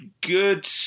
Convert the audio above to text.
good